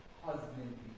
husband